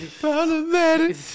Problematic